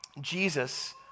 Jesus